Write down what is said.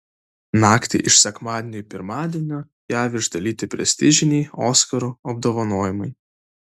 naktį iš sekmadienio į pirmadienio jav išdalyti prestižiniai oskarų apdovanojimai